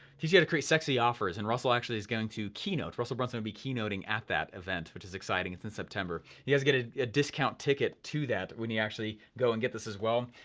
you to create sexy offers, and russell actually is going to keynote, russell brunson will be keynoting at that event, which is exciting, it's in september. you guys get a ah discount ticket to that when you actually go and get this as well.